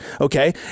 Okay